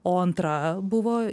o antra buvo